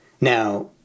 Now